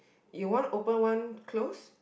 you want open one close